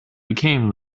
became